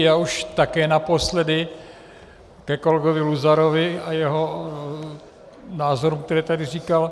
Já už také naposledy ke kolegovi Luzarovi a jeho názorům, které tady říkal.